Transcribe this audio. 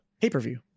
Pay-per-view